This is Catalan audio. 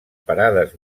parades